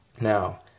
Now